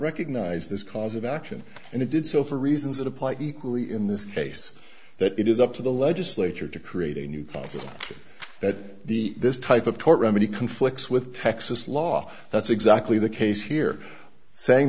recognize this cause of action and it did so for reasons that apply equally in this case that it is up to the legislature to create a new possible that the this type of tort remedy conflicts with texas law that's exactly the case here saying